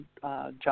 job